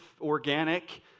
organic